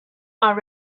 are